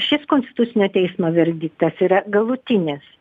šis konstitucinio teismo verdiktas yra galutinis